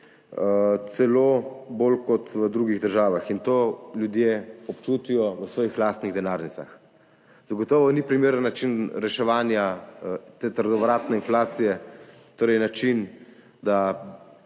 celo bolj kot v drugih državah, in to ljudje občutijo v svojih lastnih denarnicah. Zagotovo ni primeren način reševanja te trdovratne inflacije način, da